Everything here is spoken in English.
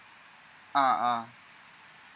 ah ah